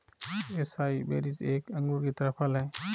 acai berries एक अंगूर की तरह फल हैं